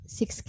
six